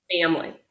family